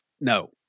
No